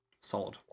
solid